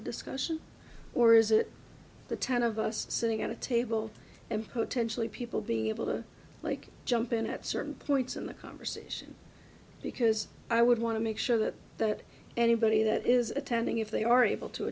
a discussion or is it the ten of us sitting at a table and potentially people being able to like jump in at certain points in the conversation because i would want to make sure that that anybody that is attending if they are able to